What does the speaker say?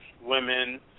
women